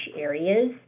areas